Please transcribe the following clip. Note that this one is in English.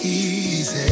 easy